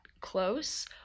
close